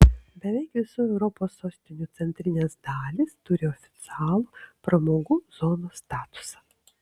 beveik visų europos sostinių centrinės dalys turi oficialų pramogų zonos statusą